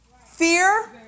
Fear